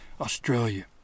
Australia